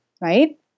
right